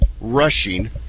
rushing